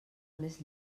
més